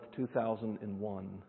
2001